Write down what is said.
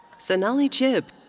sonali chibb.